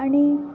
आणि